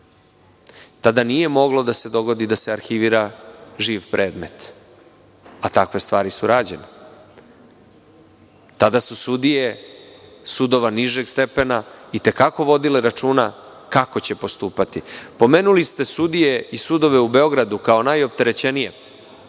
Tada nije moglo da se dogodi da se arhivira živ predmet, a takve stvari su rađene. Tada su sudije sudova nižeg stepena i te kako vodile računa kako će postupati. Pomenuli ste sudije i sudove u Beogradu kao najopterećenije.